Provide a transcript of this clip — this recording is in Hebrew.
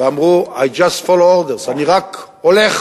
ואמרו: I just follow orders, אני רק הולך,